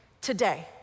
today